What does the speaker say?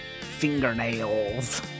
fingernails